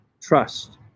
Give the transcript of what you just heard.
trust